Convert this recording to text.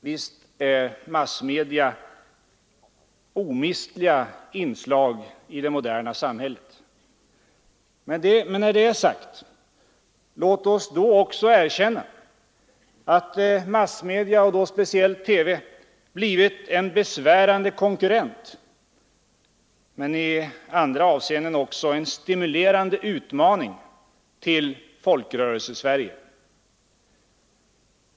Visst är massmedia omistliga inslag i det moderna samhället. Men när det är sagt, låt oss då också erkänna att massmedia, speciellt TV, blivit en besvärande konkurrent — i andra avseenden också en stimulerande utmaning till Folkrörelsesverige.